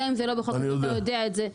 גם אם זה לא בחוק ההסדרים אתה יודע את זה.